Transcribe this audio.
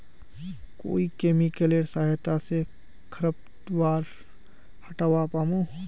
कोइ केमिकलेर सहायता से खरपतवार हटावा पामु